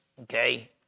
Okay